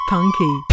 Punky